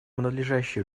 надлежащее